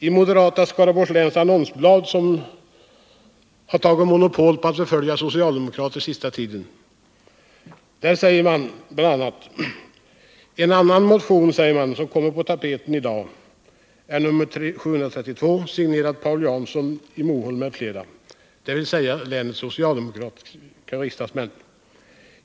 I moderata Skaraborgs Läns Annonsblad, som under den senaste tiden har tagit monopol på att förfölja socialdemokrater, stod det bl.a. följande: ”En annan motion som kommer på tapeten i dag är nr 732, signerad Paul Jansson i Moholm m.fl., dvs. länets socialdemokratiska riksdagsmän.